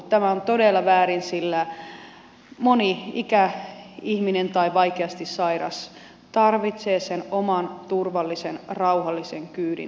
tämä on todella väärin sillä moni ikäihminen tai vaikeasti sairas tarvitsee sen oman turvallisen rauhallisen kyydin